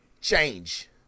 change